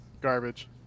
garbage